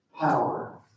power